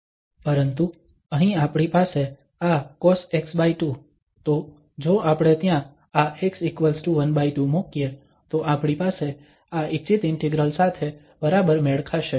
પરંતુ અહીં આપણી પાસે આ cosx2 તો જો આપણે ત્યાં આ x12 મૂકીએ તો આપણી પાસે આ ઇચ્છિત ઇન્ટિગ્રલ સાથે બરાબર મેળ ખાશે